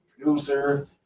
producer